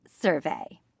survey